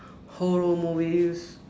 horror movies